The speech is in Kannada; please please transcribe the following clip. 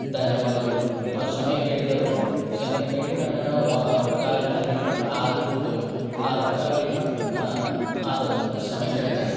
ಧನ್ಯವಾದಗಳು ಅವ್ರು ಕ್ಷಮೆ ಕೇಳಿದರು ಕ್ಷಮೆ ಕೇಳಿ ನನ್ನ ವ ರೊಕ್ಕ ಎಲ್ಲ ರಿಫಂಡ್ ಆಗಿಬಿಟ್ಟವು ಆ ರೊಕ್ಕ ರಿಫಂಡ್ ಆದವು ನಾ ಕ್ಷಮೆ ಕೇಳ್ತೇನೆ